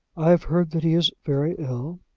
i have heard that he is very ill.